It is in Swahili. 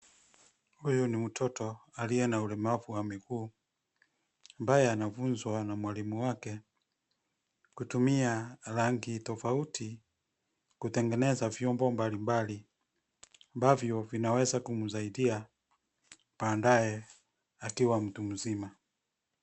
Huyu ni mtoto aliye na ulemavu wa miguu ambaye anafunzwa na mwalimu wake kutumia rangi tofauti kutengeneza vyombo mbalimbali ambavyo vinaweza kumsaidia baadaye akiwa mtu mzima.